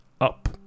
up